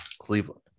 Cleveland